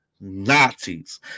Nazis